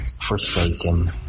forsaken